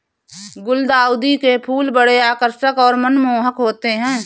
गुलदाउदी के फूल बड़े आकर्षक और मनमोहक होते हैं